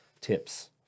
tips